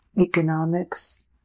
economics